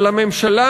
אבל הממשלה